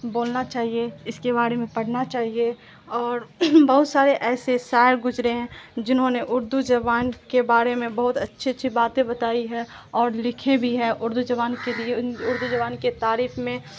بولنا چاہیے اس کے بارے میں پڑھنا چاہیے اور بہت سارے ایسے شاعر گزرے ہیں جنہوں نے اردو زبان کے بارے میں بہت اچھی اچھی باتیں بتائی ہے اور لکھے بھی ہے اردو زبان کے لیے اردو زبان کی تعریف میں